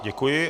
Děkuji.